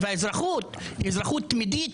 והאזרחות היא אזרחות תמידית,